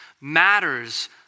matters